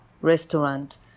restaurant